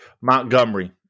Montgomery